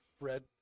red